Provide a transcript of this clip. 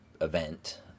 event